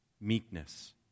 meekness